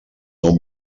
nou